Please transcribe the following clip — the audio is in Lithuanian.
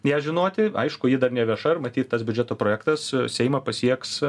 ją žinoti aišku ji dar nevieša ir matyt tas biudžeto projektas seimą pasieks